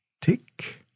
tick